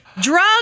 Drugs